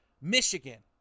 Michigan